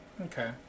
Okay